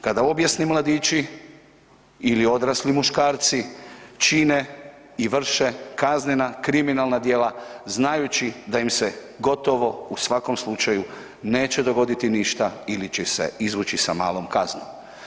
Kada obijesni mladići ili odrasli muškarci čine i vrše kaznena, kriminalna djela znajući da im se gotovo u svakom slučaju neće dogoditi ništa ili će se izvući sa malom kaznom.